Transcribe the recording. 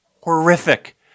horrific